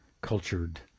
cultured